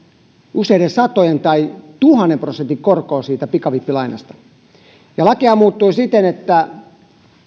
useiden satojen tai tuhannen prosentin korkoa siitä pikavippilainasta lakihan muuttui siten että